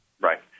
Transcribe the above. Right